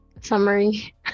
Summary